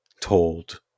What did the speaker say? told